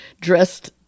dressed